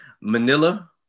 Manila